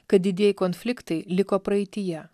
kad didieji konfliktai liko praeityje